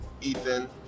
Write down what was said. Ethan